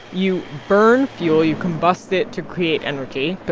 you burn fuel. you combust it to create energy. but